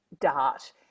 DART